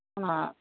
ᱚᱱᱟ